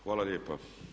Hvala lijepa.